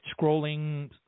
scrolling